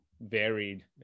varied